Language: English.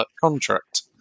contract